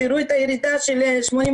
תראו את הירידה של 80%,